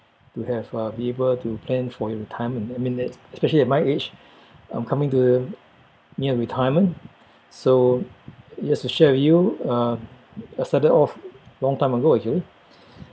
to have uh be able to plan for your retirement I mean that especially at my age I'm coming to near retirement so just to share with you uh I started off long time ago actually